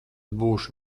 būšu